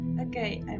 okay